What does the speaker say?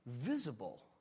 visible